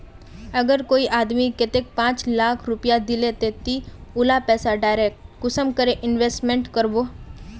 अगर कोई आदमी कतेक पाँच लाख रुपया दिले ते ती उला पैसा डायरक कुंसम करे इन्वेस्टमेंट करबो?